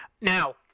Now